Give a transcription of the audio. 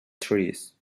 trees